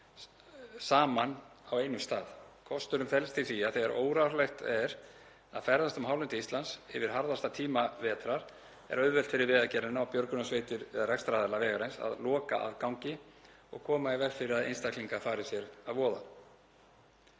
saman á einum stað. Kosturinn felst í því að þegar óráðlegt er að ferðast um hálendi Íslands yfir harðasta tíma vetrar er auðvelt fyrir Vegagerðina, björgunarsveitir eða rekstraraðila vegarins að loka aðgangi og koma í veg fyrir að einstaklingar fari sér að voða.